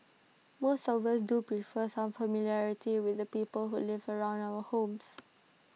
most of us do prefer some familiarity with the people who live around our homes